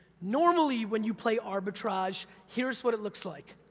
normally, when you play arbitrage, here's what it looks like.